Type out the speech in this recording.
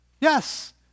Yes